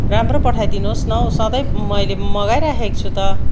राम्रो पठाइदिनुहोस् न हौ सधैँ मैले मगाइराखेको छु त